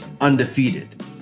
undefeated